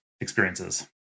experiences